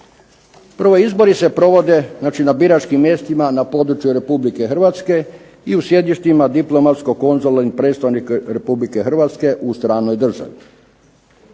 Prvo, izbori se provode na biračkim mjestima na području Republike Hrvatske i u sjedištima diplomatsko-konzularnim predstavništvima Republike Hrvatske u stranoj državi.